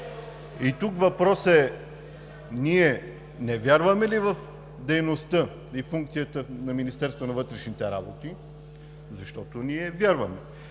И тук въпросът е: ние не вярваме ли в дейността и функцията на Министерството на вътрешните работи, защото ние вярваме?